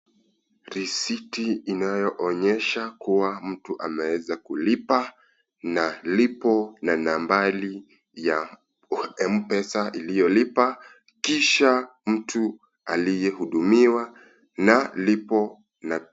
Risiti inayoonyesha kuwa mtu ameweza kulipa na lipo na nambari ya Mpesa iliyolipa. Kisha mtu aliyehudumiwa na lipo na.